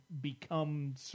become